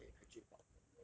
yu han and kai jun talk